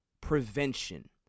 Prevention